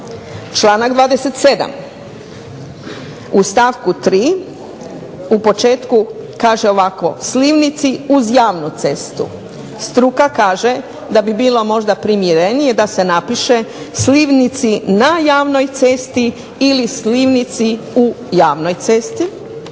Članak 27. u stavku 3. u početku kaže ovako slivnici uz javnu cestu, struka kaže da bi bilo možda primjerenije da se napiše slivnici na javnoj cesti ili slivnici u javnoj cesti.